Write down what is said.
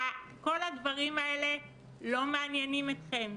-- כל הדברים האלה לא מעניינים אתכם.